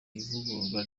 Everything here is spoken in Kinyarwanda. ivugururwa